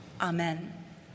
Amen